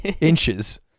Inches